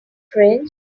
french